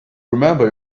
remember